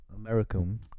American